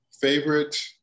Favorite